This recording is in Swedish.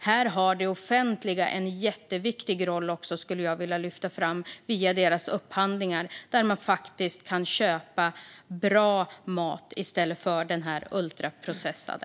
Jag skulle också vilja lyfta fram att det offentliga har en jätteviktig roll här via sina upphandlingar. Man kan faktiskt köpa bra mat i stället för den ultraprocessade.